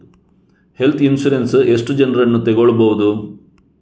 Health insurance ಎಷ್ಟು ಜನರನ್ನು ತಗೊಳ್ಬಹುದು?